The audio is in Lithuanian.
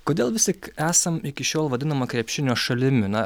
kodėl vis tik esam iki šiol vadinama krepšinio šalimi na